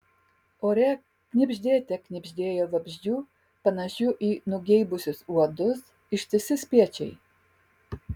ore knibždėte knibždėjo vabzdžių panašių į nugeibusius uodus ištisi spiečiai